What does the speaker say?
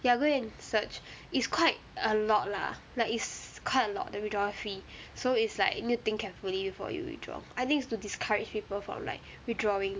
ya go and search is quite a lot lah like is quite a lot the withdrawal fee so it's like need to think carefully before you withdraw I think is to discourage people from like withdrawing